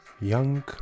young